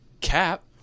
Cap